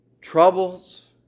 troubles